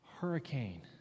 hurricane